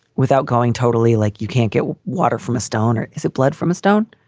without going totally like you can't get water from a stoner. is it blood from a stone?